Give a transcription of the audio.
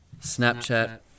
Snapchat